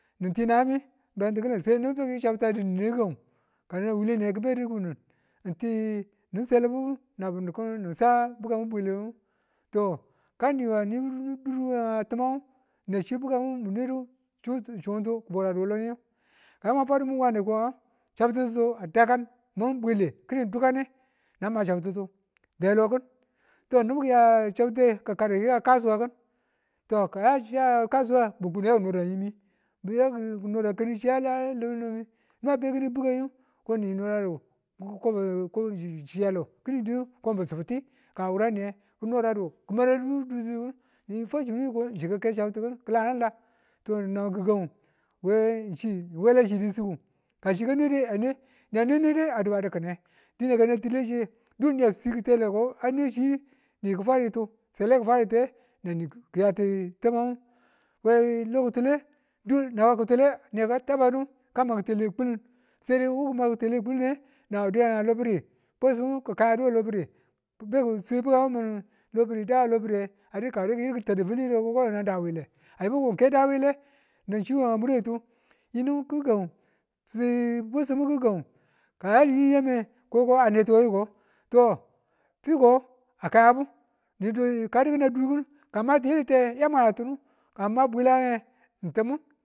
Ni̱n ti nayemi bayintiki̱lịn sai ne rake chabti̱ta a di nine gi̱gang ka nan wule niye ki̱bedu ko ng ti nin selubu na bwe ni kan nin sa bukam bwebulimu to kan ngu niwa nibu durwe ng timang nan chi bwe kin munwedu chutu chutu bwe a loniye ka yamwa fwadu wande ko chabtitutu a dakan mun bwele ki̱ni dukane nan ma chabtitu belokin to nibu kiya chabtite ki karu kiyi kan suwa kin to ka yachi ya ka yachi ya bubu ye bira yini, bi̱ nge nora ka yimi kanichiya layi limbilimi niba beki ni bukam ko nge yalu ko ka wureniya ki noradu ki ma nibu ditikin ni fwachimindu gịgang we chidu kashi ka nwede to na gigang new chi wele chini ni ti ng ka chi ga nwede a nwe dan din din din adubu dikine dine ka ne ti̱le chaye dun de si ki̱teleko anwe chi̱ niki fwaditu sele ki fwade ng kiyatu tamang. we lo ki̱tule dun na kitule nge taba ng ka man tilewe kulin maga tilewe nge dwuyana a lobiri bwesimu ki kayadu we lobiri. beki swe bwa min lobiri da a lobiri ng are kawure yidu ki̱tadu firi ko kano nan da wile. a yimbubu keda wile, ng chi wa bide to yinu gi̱gang ng ti bwesimu gi̱gang kaya yi yame ko ko anetuwe yiko, to fiko a kayabu ni dudu ka dudu ng durkin ka ma tịyilite mwa yatinu ka mu mabwila ng ta mu